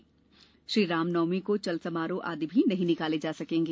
रा श्री रामनवमी को चल समारोह आदि भी नहीं निकाले जा सकेंगे